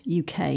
uk